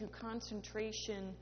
concentration